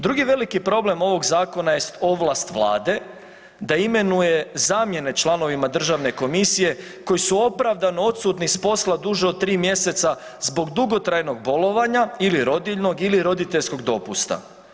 Drugi veliki problem ovog zakona jest ovlast vlade da imenuje zamjene članovima državne komisije koji su opravdano odsutni s posla duže od 3 mjeseca zbog dugotrajnog bolovanja ili rodiljnog ili roditeljskog dopusta.